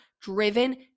driven